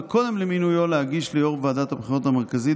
וקודם למינויו להגיש ליו"ר ועדת הבחירות המרכזית